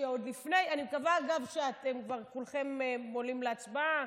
אני מקווה, אגב, שאתם כולכם עולים להצבעה.